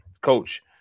coach